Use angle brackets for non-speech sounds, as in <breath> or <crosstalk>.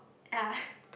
yea <breath>